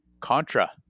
Contra